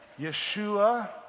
Yeshua